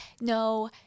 no